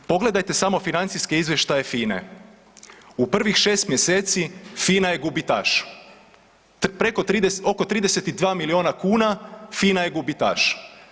Pogledajte samo financijske izvještaje FINE, u prvih 6 mjeseci FINA je gubitaš, preko, oko 32 miliona kuna FINA je gubitaš.